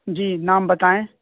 جی نام بتائیں